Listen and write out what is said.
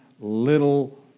little